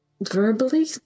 Verbally